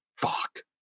fuck